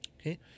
Okay